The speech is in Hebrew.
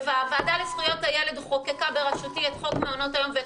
והוועדה לזכויות הילד חוקקה בראשותי את חוק מעונות היום ואת